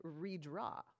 redraw